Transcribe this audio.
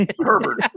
Herbert